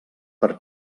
per